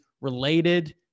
related